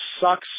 sucks